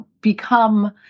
become